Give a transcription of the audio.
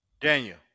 Daniel